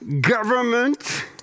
government